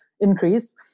increase